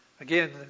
Again